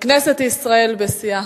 בכנסת ישראל, בשיאה.